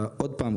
עוד פעם,